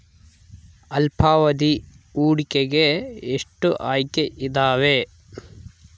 ಅಲ್ಪಾವಧಿ ಹೂಡಿಕೆಗೆ ಎಷ್ಟು ಆಯ್ಕೆ ಇದಾವೇ?